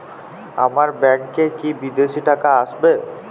আমার ব্যংকে কি বিদেশি টাকা আসবে?